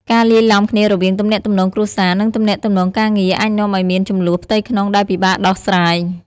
ការលាយឡំគ្នារវាងទំនាក់ទំនងគ្រួសារ និងទំនាក់ទំនងការងារ អាចនាំឲ្យមានជម្លោះផ្ទៃក្នុងដែលពិបាកដោះស្រាយ។